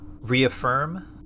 reaffirm